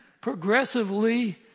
progressively